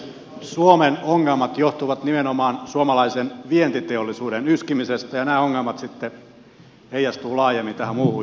suomen ongelmat johtuvat nimenomaan suomalaisen vientiteollisuuden yskimisestä ja nämä ongelmat sitten heijastuvat laajemmin tähän muuhun yhteiskuntaan